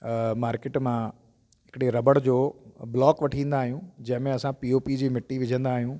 market मां हिकिड़े रॿड़ जो ब्लॉक वठी ईंदा आहियूं जंहिं में असां पी ओ पी जी मिटी विझंदा आहियूं